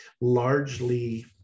largely